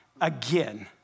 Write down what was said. again